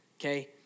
okay